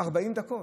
זה 40 דקות,